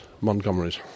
Montgomery's